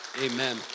Amen